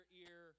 ear